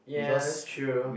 ya that's true